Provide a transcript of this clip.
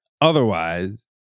Otherwise